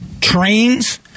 trains